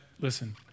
listen